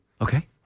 Okay